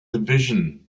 division